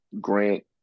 Grant